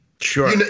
Sure